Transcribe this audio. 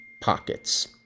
pockets